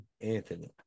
Anthony